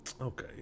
okay